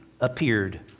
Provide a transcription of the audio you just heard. appeared